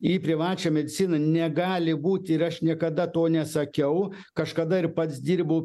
į privačią mediciną negali būt ir aš niekada to nesakiau kažkada ir pats dirbau